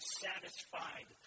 satisfied